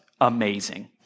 amazing